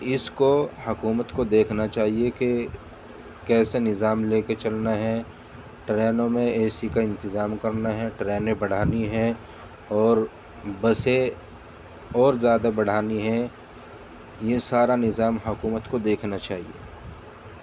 اس کو حکومت کو دیکھنا چاہیے کہ کیسے نظام لے کے چلنا ہے ٹرینوں میں اے سی کا انتظام کرنا ہے ٹرینیں بڑھانی ہیں اور بسیں اور زیادہ بڑھانی ہیں یہ سارا نظام حکومت کو دیکھنا چاہیے